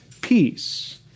peace